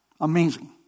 Amazing